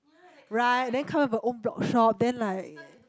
right then come up with a own blog shop then like